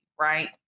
right